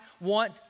want